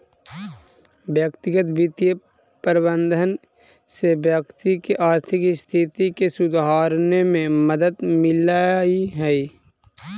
व्यक्तिगत वित्तीय प्रबंधन से व्यक्ति के आर्थिक स्थिति के सुधारने में मदद मिलऽ हइ